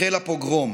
החל הפוגרום,